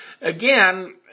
again